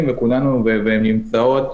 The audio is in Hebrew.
אולי במסגרת הצו המאוחד,